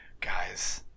guys